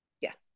Yes